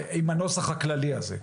עם הנוסח הכללי הזה,